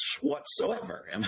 whatsoever